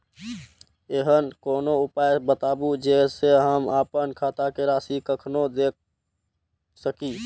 ऐहन कोनो उपाय बताबु जै से हम आपन खाता के राशी कखनो जै सकी?